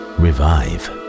revive